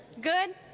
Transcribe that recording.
Good